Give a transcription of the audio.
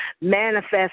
Manifest